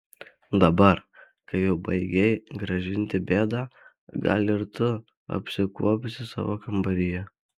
dabar kai jau baigei gražinti bėdą gal ir tu apsikuopsi savo kambaryje